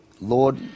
lord